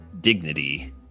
dignity